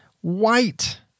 white